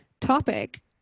topic